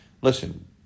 Listen